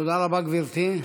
תודה רבה, גברתי.